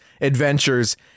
adventures